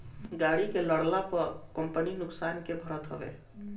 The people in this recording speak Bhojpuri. गाड़ी के लड़ला पअ कंपनी नुकसान के भरत हवे